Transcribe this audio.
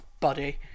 buddy